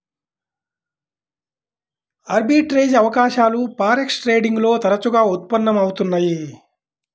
arbitrage అవకాశాలు forex trading లో తరచుగా ఉత్పన్నం అవుతున్నయ్యి